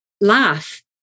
Laugh